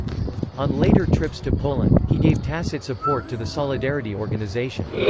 on later trips to poland, he gave tacit support to the solidarity organisation.